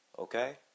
Okay